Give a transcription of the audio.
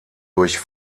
durch